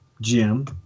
Jim